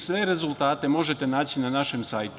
Sve rezultate možete naći na našem sajtu.